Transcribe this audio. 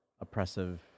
oppressive